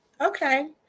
okay